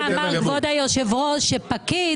לפני שנייה אמר כבוד היושב ראש שפקיד,